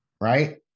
right